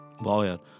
Wow